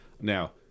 Now